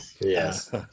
Yes